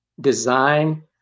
design